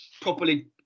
properly